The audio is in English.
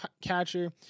catcher